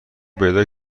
پیدا